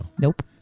Nope